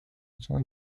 sein